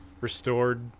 restored